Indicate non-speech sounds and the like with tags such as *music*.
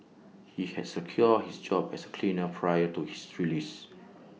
he had secured his job as A cleaner prior to his release *noise*